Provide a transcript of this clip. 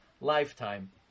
lifetime